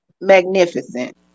magnificent